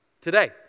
today